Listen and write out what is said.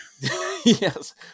Yes